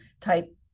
type